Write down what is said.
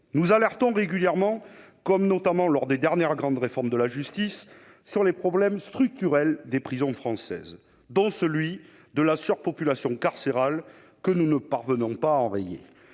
nous alertons régulièrement, notamment lors des dernières grandes réformes de la justice, sur les problèmes structurels des prisons françaises, dont celui de la surpopulation carcérale que nous ne parvenons pas à enrayer.